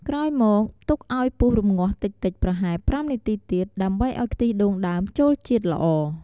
ក្រោយមក ទុកឱ្យពុះរំងាស់តិចៗប្រហែល ៥ នាទីទៀត ដើម្បីឱ្យខ្ទិះដូងដើមចូលជាតិល្អ។